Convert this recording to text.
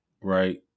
right